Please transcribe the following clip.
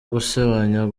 gusebanya